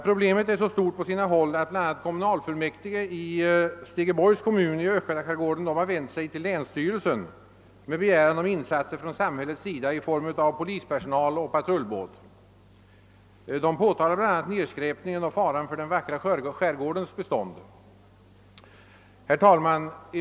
Problemet är så stort på sina håll, att bl.a. kommunalfullmäktige i Stegeborgs kommun i östgötaskärgården vänt sig till länsstyrelsen med begäran om insatser från samhällets sida i form av polispersonal och patrullbåt. De på talar bl.a. nedskräpningen och faran för den vackra skärgårdens bestånd. Herr talman!